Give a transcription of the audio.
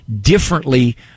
differently